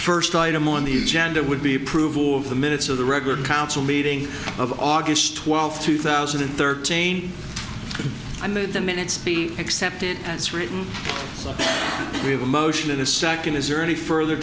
first item on the agenda would be approval of the minutes of the regular council meeting of august twelfth two thousand and thirteen and that the minutes be accepted as written so we have a motion in a second is there any further